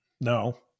No